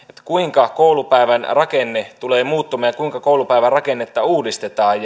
kuinka koulupäivän rakenne tulee muuttumaan ja kuinka koulupäivän rakennetta uudistetaan